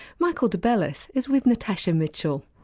michael debellis is with natasha mitchell.